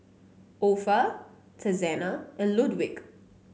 Opha Texanna and Ludwig